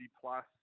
plus